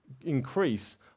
increase